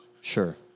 sure